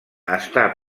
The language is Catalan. està